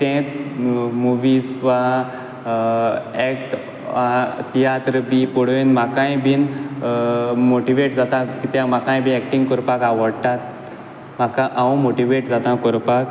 movies वा act वा तियात्र बी पळोयन म्हाकाय बीन मोटिवेट जाता कित्याक म्हाकाय बीन एक्टिंग कोरपा आवडटा म्हाका हांव मोटिवेट जाता कोरपाक